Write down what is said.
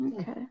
okay